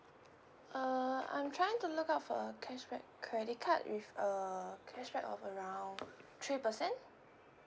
err I'm trying to look out for a cashback credit card with a cashback of around three percent